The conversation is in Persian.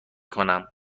کنم